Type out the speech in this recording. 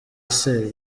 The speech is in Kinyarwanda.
ese